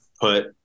put